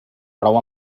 prou